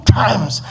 times